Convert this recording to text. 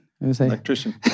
Electrician